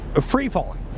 free-falling